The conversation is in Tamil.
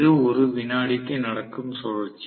இது ஒரு வினாடிக்கு நடக்கும் சுழற்சி